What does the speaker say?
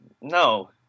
No